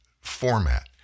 format